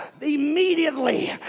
Immediately